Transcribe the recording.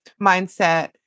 mindset